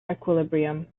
equilibrium